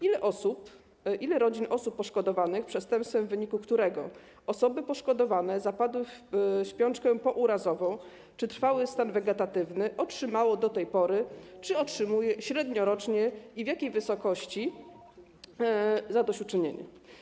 Ile osób, ile rodzin osób poszkodowanych przestępstwem, w wyniku którego osoby poszkodowane zapadły w śpiączkę pourazową czy trwały stan wegetatywny, otrzymało do tej pory czy otrzymuje średniorocznie i w jakiej wysokości zadośćuczynienie?